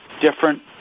different